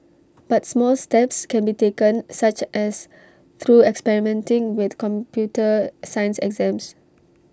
but small steps can be taken such as through experimenting with computer science exams